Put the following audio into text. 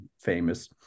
famous